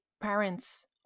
parents